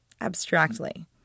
abstractly